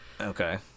Okay